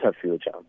future